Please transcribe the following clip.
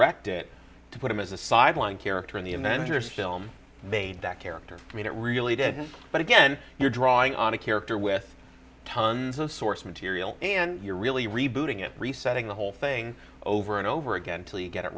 wrecked it to put him as a sideline character in the avengers film made that character i mean it really did but again you're drawing on a character with tons of source material and you're really rebooting it resetting the whole thing over and over again until you get it